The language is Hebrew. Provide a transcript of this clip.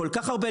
כל כך הרבה,